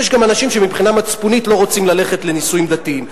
יש גם אנשים שמבחינה מצפונית לא רוצים ללכת לנישואים דתיים,